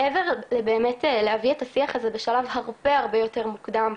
מעבר לזה שלהביא את השיח הזה בשלב הרבה הרבה יותר מוקדם.